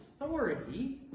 authority